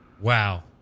Wow